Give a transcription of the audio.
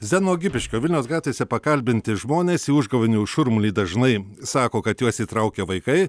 zenono gipiškio vilniaus gatvėse pakalbinti žmonės į užgavėnių šurmulį dažnai sako kad juos įtraukia vaikai